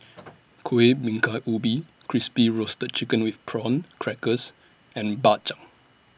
Kueh Bingka Ubi Crispy Roasted Chicken with Prawn Crackers and Bak Chang